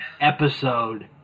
episode